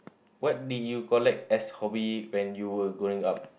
what do you collect as hobby when you were growing up